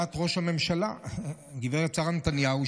רעיית ראש הממשלה גב' שרה נתניהו,